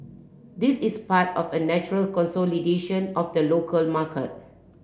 this is part of a natural consolidation of the local market